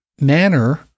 manner